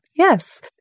Yes